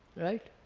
right?